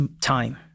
time